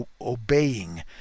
obeying